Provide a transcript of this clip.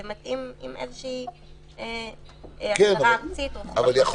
זה מתאים עם איזושהי הכשרה ארצית --- אבל יכול